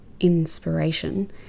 inspiration